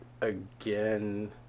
again